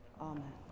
Amen